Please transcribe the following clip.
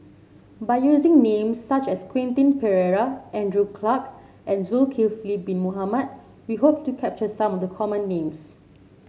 by using names such as Quentin Pereira Andrew Clarke and Zulkifli Bin Mohamed we hope to capture some of the common names